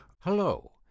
Hello